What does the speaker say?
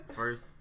first